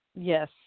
Yes